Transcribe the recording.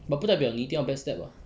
but 不代表你一定要 backstab [what]